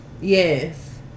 Yes